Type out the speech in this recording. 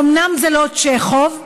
אומנם זה לא צ'כוב,